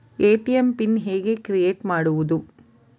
ATM PIN ಹೇಗೆ create ಮಾಡುವುದು?